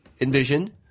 envision